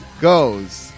goes